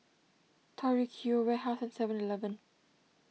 Tori Q Warehouse and Seven Eleven